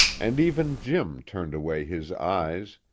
and even jim turned away his eyes,